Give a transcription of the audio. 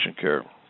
care